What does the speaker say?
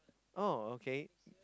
oh okay